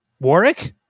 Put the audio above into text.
Warwick